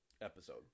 episode